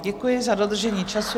Děkuji za dodržení času.